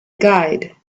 guide